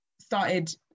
started